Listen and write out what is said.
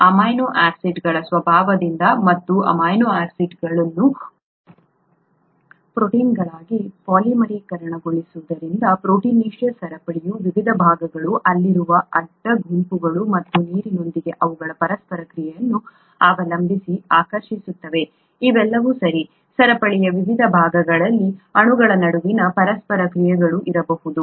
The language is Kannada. ಅಮೈನೋ ಆಸಿಡ್ಗಳ ಸ್ವಭಾವದಿಂದ ಮತ್ತು ಅಮೈನೋ ಆಸಿಡ್ಗಳನ್ನು ಪ್ರೋಟೀನ್ಗಳಾಗಿ ಪಾಲಿಮರೀಕರಣಗೊಳಿಸುವುದರಿಂದ ಪ್ರೋಟೀನೇಶಿಯಸ್ ಸರಪಳಿಯ ವಿವಿಧ ಭಾಗಗಳು ಅಲ್ಲಿರುವ ಅಡ್ಡ ಗುಂಪುಗಳು ಮತ್ತು ನೀರಿನೊಂದಿಗೆ ಅವುಗಳ ಪರಸ್ಪರ ಕ್ರಿಯೆಯನ್ನು ಅವಲಂಬಿಸಿ ಆಕರ್ಷಿಸುತ್ತವೆ ಇವೆಲ್ಲವೂ ಸೇರಿ ಸರಪಳಿಯ ವಿವಿಧ ಭಾಗಗಳಲ್ಲಿ ಅಣುಗಳ ನಡುವಿನ ಪರಸ್ಪರ ಕ್ರಿಯೆಗಳು ಇರಬಹುದು